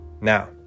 Now